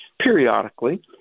periodically